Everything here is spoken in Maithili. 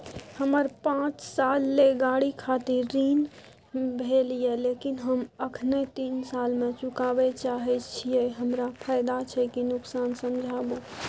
हमर पाँच साल ले गाड़ी खातिर ऋण भेल ये लेकिन हम अखने तीन साल में चुकाबे चाहे छियै हमरा फायदा छै की नुकसान समझाबू?